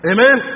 Amen